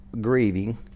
grieving